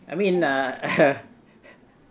I mean uh